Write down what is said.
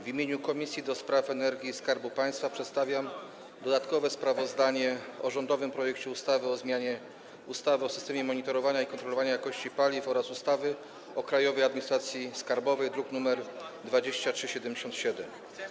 W imieniu Komisji do Spraw Energii i Skarbu Państwa przedstawiam dodatkowe sprawozdanie o rządowym projekcie ustawy o zmianie ustawy o systemie monitorowania i kontrolowania jakości paliw oraz ustawy o Krajowej Administracji Skarbowej, druk nr 2377.